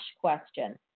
question